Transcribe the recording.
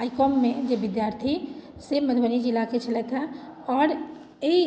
आइ कॉममे जे विद्यार्थी से मधुबनी जिलाके छलथि हे आओर एहि